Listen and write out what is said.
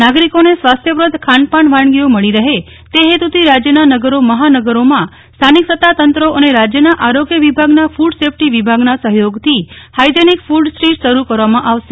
નાગરીકોને સ્વાસ્થ્યપ્રદ ખાનપાન વાનગીઓ મળી રહે તે હેતુથી રાજ્યના નગરો મહાનગરોમાં સ્થાનિક સત્તા તંત્રો અને રાજ્યના આરોગ્ય વિભાગ ના ફૂડ સેફ્ટી વિભાગના સહયોગથી હાઇજેનિક ફૂડ સ્ટ્રીટ શરૂ કરવામાં આવશે